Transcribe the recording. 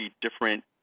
different